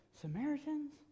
Samaritans